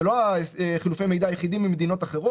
זה לא חילופי המידע היחידים עם מדינות אחרות.